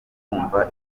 kumva